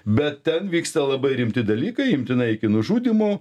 bet ten vyksta labai rimti dalykai imtinai iki nužudymų